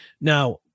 Now